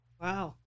Wow